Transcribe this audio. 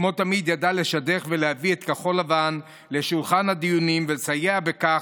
שכמו תמיד ידע לשדך ולהביא את כחול לבן לשולחן הדיונים ולסייע בכך,